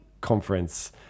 conference